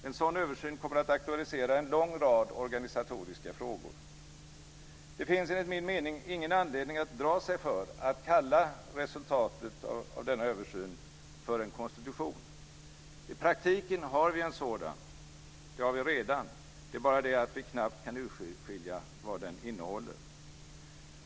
En sådan översyn kommer att aktualisera en lång rad organisatoriska frågor. Det finns enligt min mening ingen anledning att dra sig för att kalla resultatet av denna översyn för en konstitution. I praktiken har vi redan en sådan. Det är bara det att vi knappt kan urskilja vad den innehåller.